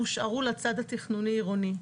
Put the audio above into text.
הושארו לצד התכנוני עירוני.